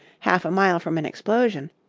half a mile from an explosion,